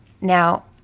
Now